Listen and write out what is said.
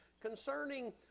concerning